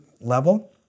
level